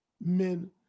Men